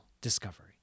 discovery